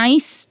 Nice